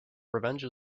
revenge